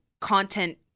content